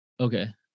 Okay